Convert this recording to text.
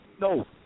No